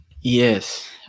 Yes